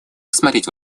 рассмотреть